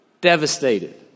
devastated